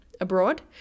abroad